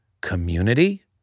community